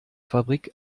fabrik